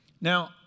Now